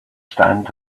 stand